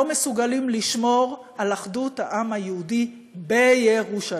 מסוגלים לשמור על אחדות העם היהודי בירושלים?